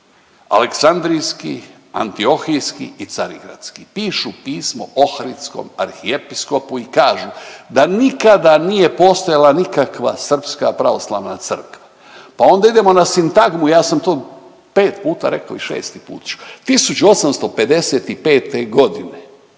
aleksandrijski, antiohijski i carigradski pišu pismo ohridskom arhiepiskopu i kažu da nikada nije postojala nikakva Srpska pravoslavna crkva, pa onda idemo na Sintagmu ja sam to pet puta rekao i šesti put ću. 1855.g.